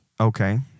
okay